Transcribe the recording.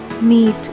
meet